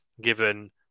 given